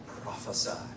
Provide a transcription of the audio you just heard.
prophesy